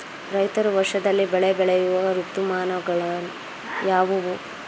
ರೈತರು ವರ್ಷದಲ್ಲಿ ಬೆಳೆ ಬೆಳೆಯುವ ಋತುಮಾನಗಳು ಯಾವುವು?